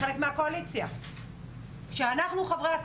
בכל מקום כזה, אני מניחה שיש --- לא, לא, לא.